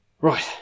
Right